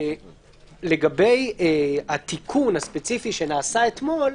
לגבי התיקון הספציפי שנעשה אתמול,